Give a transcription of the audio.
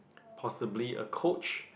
possibly a coach